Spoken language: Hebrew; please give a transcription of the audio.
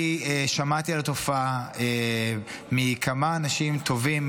אני שמעתי על התופעה מכמה אנשים טובים,